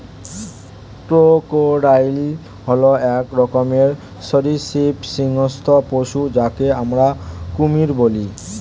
crocodile হল এক রকমের সরীসৃপ হিংস্র পশু যাকে আমরা কুমির বলি